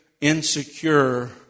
insecure